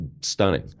stunning